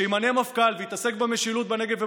שיימנה מפכ"ל ויתעסק במשילות בנגב ובגליל.